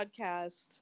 podcast